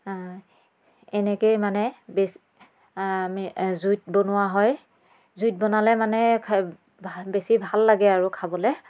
এনেকৈয়ে মানে বেছ আমি জুইত বনোৱা হয় জুইত বনালে মানে খাই বেছি ভাল লাগে আৰু খাবলৈ